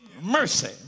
Mercy